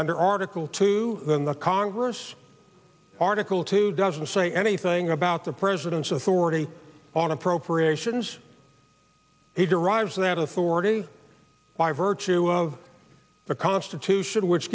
under article two than the congress article two doesn't say anything about the president's authority on appropriations he derives that authority by virtue of the constitution which